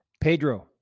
Pedro